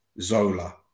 Zola